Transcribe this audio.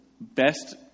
best